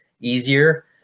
easier